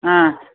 ह